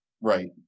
Right